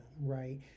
right